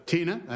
Tina